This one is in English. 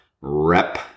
rep